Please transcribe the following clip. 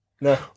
No